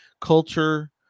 culture